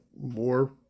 more